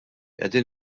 qegħdin